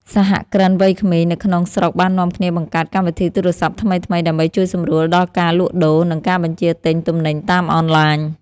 សហគ្រិនវ័យក្មេងនៅក្នុងស្រុកបាននាំគ្នាបង្កើតកម្មវិធីទូរស័ព្ទថ្មីៗ ដើម្បីជួយសម្រួលដល់ការលក់ដូរ និងការបញ្ជាទិញទំនិញតាមអនឡាញ។